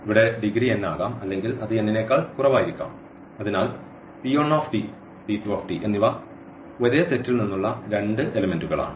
ഇവിടെ degree n ആകാം അല്ലെങ്കിൽ അത് n നേക്കാൾ കുറവായിരിക്കാം അതിനാൽ എന്നിവ ഒരേ സെറ്റിൽ നിന്നുള്ള രണ്ട് എലെമെന്റുകളാണ്